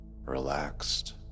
relaxed